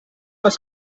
was